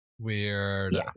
Weird